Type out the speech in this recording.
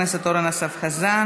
תודה רבה לחבר הכנסת אורן אסף חזן.